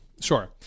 Sure